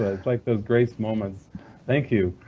it's like those grace moments thank you,